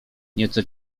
nieco